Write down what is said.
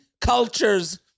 cultures